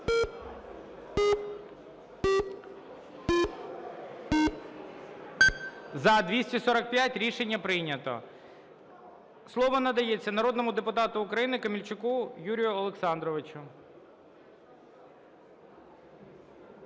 За-245 Рішення прийнято. Слово надається народному депутату України Камельчуку Юрію Олександровичу.